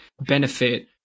benefit